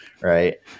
right